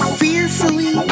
fearfully